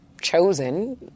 chosen